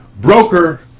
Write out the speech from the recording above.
broker